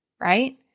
right